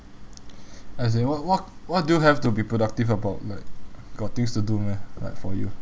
as in what what what do you have to be productive about like got things to do meh like for you